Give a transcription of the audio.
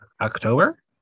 october